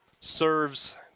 serves